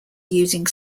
using